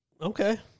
Okay